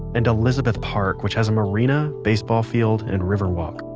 and elizabeth park which has a marina, baseball field and river walk.